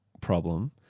problem